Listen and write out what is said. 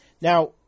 Now